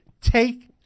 Take